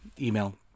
email